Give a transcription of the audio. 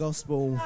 Gospel